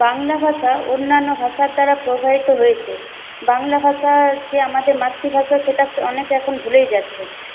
বাংলা ভাষা অন্যান্য ভাষার দ্বারা প্রভাবিত হয়েছে বাংলা ভাষা যে আমাদের মাতৃভাষা সেটা অনেকে এখন ভুলেই যাচ্ছে